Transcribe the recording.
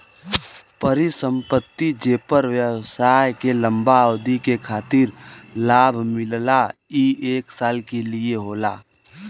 परिसंपत्ति जेपर व्यवसाय के लंबा अवधि के खातिर लाभ मिलला ई एक साल के लिये होला